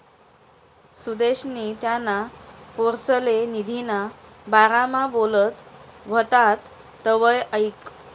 सुदेशनी त्याना पोरसले निधीना बारामा बोलत व्हतात तवंय ऐकं